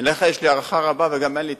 אליך יש לי הערכה רבה וגם אין לי טענות.